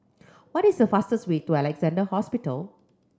what is the fastest way to Alexandra Hospital